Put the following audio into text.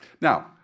Now